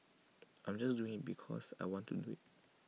I'm just doing because I want to do IT